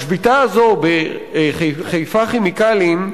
השביתה הזאת ב"חיפה כימיקלים"